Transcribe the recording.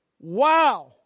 Wow